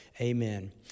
Amen